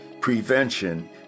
prevention